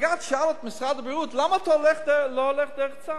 ובג"ץ שאל את משרד הבריאות: למה אתה לא הולך דרך צו?